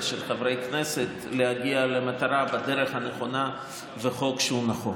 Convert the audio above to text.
לחבר כנסת להגיע למטרה בדרך הנכונה בחוק שהוא נכון.